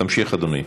תמשיך, אדוני.